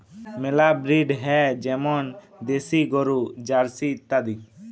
মেলা ব্রিড হ্যয় যেমল দেশি গরু, জার্সি ইত্যাদি